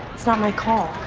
it's not my call.